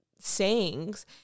sayings